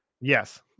Yes